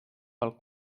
pel